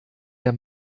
der